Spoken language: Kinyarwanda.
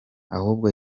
ahubwo